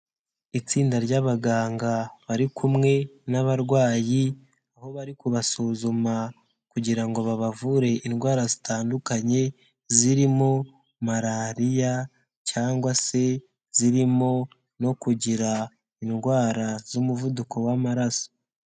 Itsinda ry'abaganga bari kumwe n'abarwayi, aho bari kubasuzuma kugira ngo babavure indwara zitandukanye, zirimo Malariya cyangwa se zirimo no kugira indwara z'umuvuduko w'amaraso.